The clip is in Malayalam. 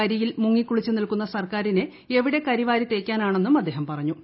കരിയിൽ മുങ്ങിക്കുളിച്ച് നിൽക്കുന്ന സർക്കാരിനെ എവിടെ കരിവാരിതേക്കാനാണെന്നും അദ്ദേഹം പറഞ്ഞു